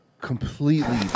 completely